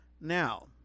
now